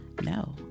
No